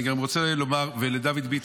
ולדוד ביטון,